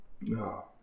No